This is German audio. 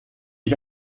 ich